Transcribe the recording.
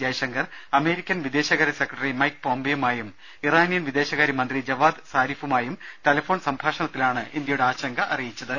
Jaishankar American വിദേശകാര്യ secretary Mike പോംമ്പെയുമായും Iranian വിദേശകാര്യ മന്ത്രി ജവാദ് സാരിഫുമായും ടെലഫോൺ സംഭാഷണത്തിലാണ് ഇന്ത്യയുടെ ആശങ്ക അറിയിച്ചത്